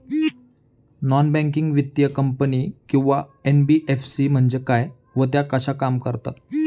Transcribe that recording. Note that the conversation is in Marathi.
नॉन बँकिंग वित्तीय कंपनी किंवा एन.बी.एफ.सी म्हणजे काय व त्या कशा काम करतात?